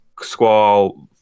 squall